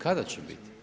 Kada će biti?